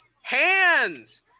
Hands